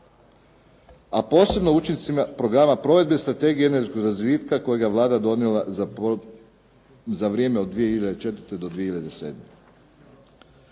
a posebno o učincima Programa provedbe Strategije energetskog razvitka kojega je Vlada donijela za vrijeme od 2004. do 2007.